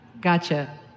gotcha